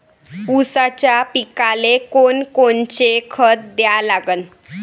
ऊसाच्या पिकाले कोनकोनचं खत द्या लागन?